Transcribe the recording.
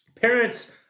Parents